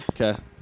Okay